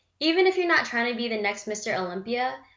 even if you're not trying to be the next mr. olympia,